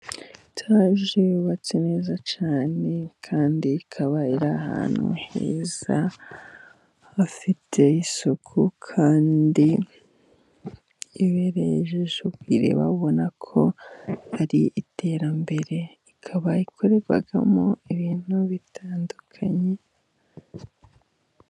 Etage yubatse neza cyane, kandi ikaba iri ahantu heza hafite isuku kandi ibereye ijisho, ubona ko hari iterambere ikaba ikorerwamo ibintu bitandukanye.